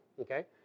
Okay